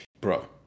bro